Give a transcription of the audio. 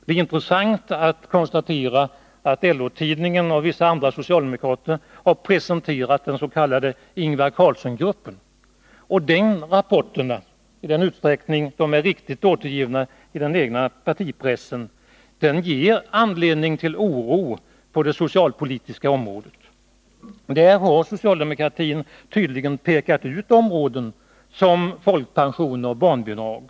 Det är intressant att konstatera att LO-tidningen och vissa andra socialdemokratiska tidningar har presenterat den s.k. Ingvar Carlsson-gruppen. Rapporterna från denna grupp — i den mån de är riktigt återgivna i den egna partipressen — ger anledning till oro på det socialpolitiska området. Socialdemokratin har tydligen pekat ut bl.a. folkpensioner och barnbidrag.